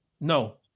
No